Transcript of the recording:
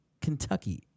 Kentucky